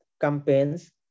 campaigns